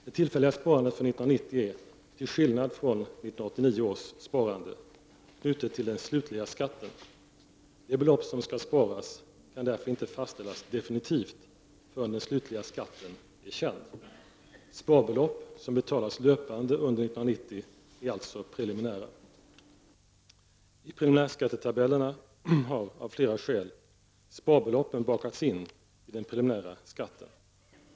Det tillfälliga sparandet för 1990 är till skillnad från 1989 års sparande knutet till den slutliga skatten. Det belopp som skall sparas kan därför inte fastställas definitivt förrän den slutliga skatten är känd. Sparbelopp som betalas löpande under 1990 är alltså preliminära. I preliminärskattetabellerna har av flera skäl sparbeloppen bakats in i den preliminära skatten.